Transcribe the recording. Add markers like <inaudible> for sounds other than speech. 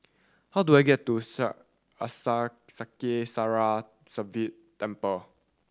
how do I get to Sri <unintelligible> Sivan Temple